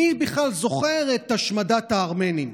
מי בכלל זוכר את השמדת הארמנים?